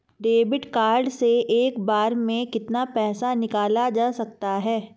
Debit card से एक बार में कितना पैसा निकाला जा सकता है?